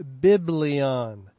biblion